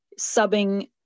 subbing